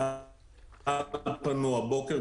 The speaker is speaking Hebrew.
רת"א פנו הבוקר,